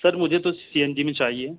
سر مجھے تو C N G میں چاہیے